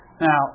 Now